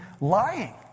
lying